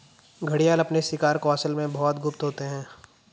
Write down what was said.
घड़ियाल अपने शिकार कौशल में बहुत गुप्त होते हैं